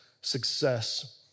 success